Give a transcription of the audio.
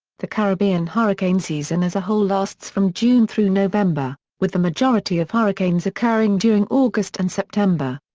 the caribbean hurricane season as a whole lasts from june through november, with the majority of hurricanes occurring during august and september.